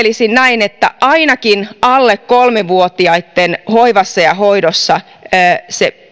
ajattelisin näin että ainakin alle kolme vuotiaitten hoivassa ja hoidossa se